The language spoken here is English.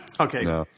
Okay